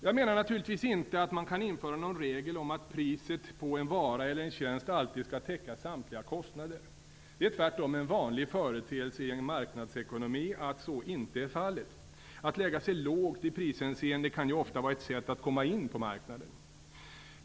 Jag menar naturligtvis inte att man kan införa någon regel om att priset på en vara eller en tjänst alltid skall täcka samtliga kostnader. Det är tvärtom en vanlig företeelse i en marknadsekonomi att så inte är fallet. Att lägga sig lågt i prishänseende kan ofta vara ett sätt att komma in på marknaden.